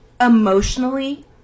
Emotionally